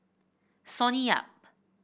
Sonny Yap